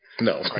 No